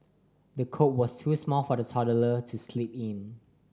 the cot was too small for the toddler to sleep in